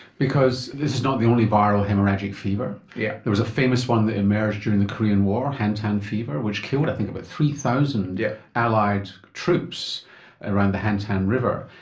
because this is not the only viral haemorrhagic fever. yeah there was a famous one that emerged during the korean war, hantaan fever, which killed i think about three thousand yeah allied troops around the hantaan river.